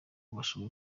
bashoboye